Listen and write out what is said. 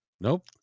Nope